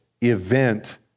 event